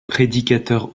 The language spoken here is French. prédicateur